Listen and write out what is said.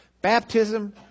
Baptism